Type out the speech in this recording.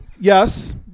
Yes